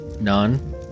None